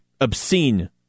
obscene